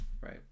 right